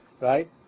right